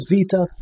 Vita